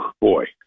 boy